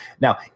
Now